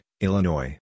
Illinois